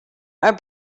are